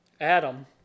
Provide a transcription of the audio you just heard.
Adam